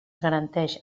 garanteix